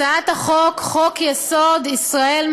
בהצעת החוק חוק-יסוד: ישראל,